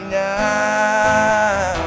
now